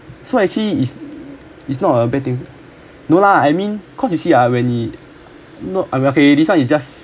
so actually it's it's not a bad thing no lah I mean because you see ah when he not okay okay this one is just